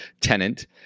tenant